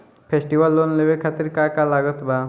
Festival loan लेवे खातिर का का लागत बा?